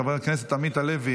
חבר הכנסת עמית הלוי,